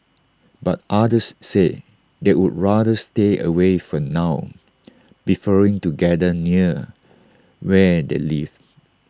but others said they would rather stay away for now preferring to gather near where they live